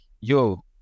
yo